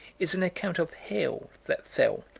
is an account of hail that fell,